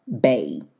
bay